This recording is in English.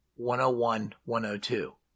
101-102